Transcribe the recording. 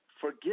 Forgive